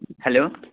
hello